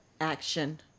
action